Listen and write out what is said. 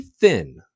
thin